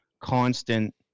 constant